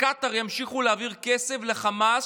שקטאר ימשיכו להעביר כסף לחמאס,